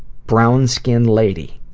brown skin lady.